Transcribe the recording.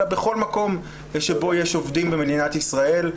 אלא בכל מקום בו יש עובדים במדינת ישראל,